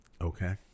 Okay